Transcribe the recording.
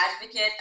advocate